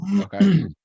Okay